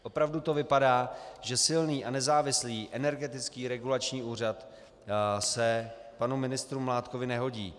Opravdu to vypadá, že silný a nezávislý Energetický regulační úřad se panu ministru Mládkovi nehodí.